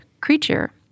creature